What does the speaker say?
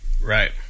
Right